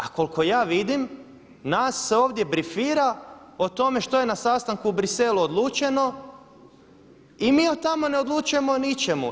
A koliko ja vidim nas se ovdje brifira o tome što je na sastanku u Bruxellesu odlučeno i mi od tamo ne odlučujemo ni o čemu.